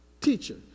Teacher